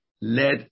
Let